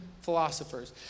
philosophers